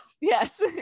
yes